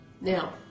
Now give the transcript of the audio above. Now